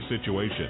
situation